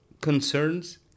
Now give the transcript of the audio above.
concerns